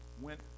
went